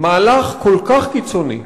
מהלך כל כך קיצוני,